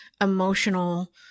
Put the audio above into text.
emotional